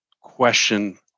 question